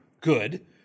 good